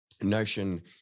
notion